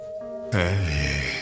Hey